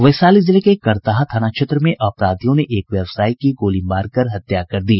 वैशाली जिले करताहा थाना क्षेत्र में अपराधियों ने एक व्यवसायी की गोली मारकर हत्या कर दी